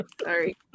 Sorry